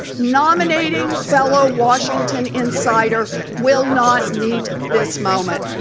nominating fellow washington insider will not meet this moment.